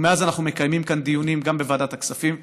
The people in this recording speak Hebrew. ומאז אנחנו מקיימים כאן דיונים גם בוועדת הכספים,